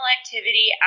Activity